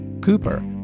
Cooper